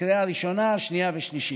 לקריאה ראשונה, שנייה ושלישית.